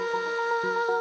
now